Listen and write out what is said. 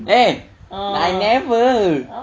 eh I never